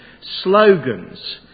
slogans